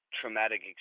traumatic